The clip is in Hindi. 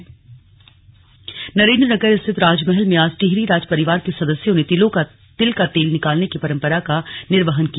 स्लग गाडु घडा नरेंद्र नगर स्थित राजमहल में आज टिहरी राज परिवार के सदस्यों ने तिलों का तेल निकालने की परंपरा का निर्वहन किया